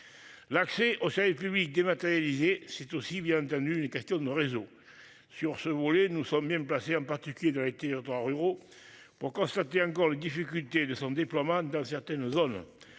L'accès aux services publics dématérialisés c'est aussi bien entendu les question de réseau sur ce volet, nous sommes bien placés en particulier de l'été entre ruraux pour constater encore les difficultés de son déploiement dans certaines zones.